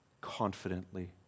confidently